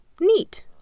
Neat